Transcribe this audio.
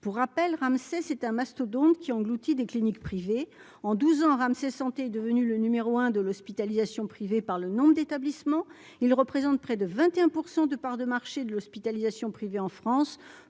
Pour rappel, Ramsay est un mastodonte qui engloutit des cliniques privées : en douze ans, Ramsay Santé est devenu le numéro un de l'hospitalisation privée par le nombre d'établissements. Il représente près de 21 % des parts de marché de l'hospitalisation privée en France,